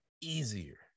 easier